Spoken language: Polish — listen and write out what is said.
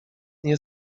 nie